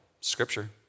Scripture